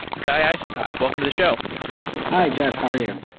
guy eisenkot, welcome to the show hi, jeff. how are you?